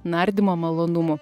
nardymo malonumų